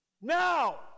Now